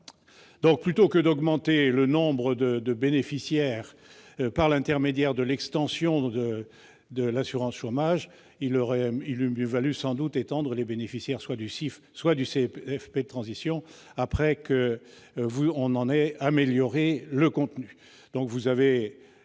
deux. Plutôt que d'augmenter le nombre de bénéficiaires par l'intermédiaire de l'extension de l'assurance chômage, il eût mieux sans doute valu étendre les bénéficiaires, soit du CIF, soit du CPF de transition, après que l'on en aurait amélioré le contenu.